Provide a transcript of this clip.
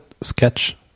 Sketch